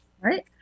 right